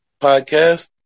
podcast